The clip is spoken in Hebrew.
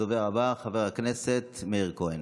הדובר הבא, חבר הכנסת מאיר כהן,